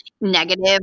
negative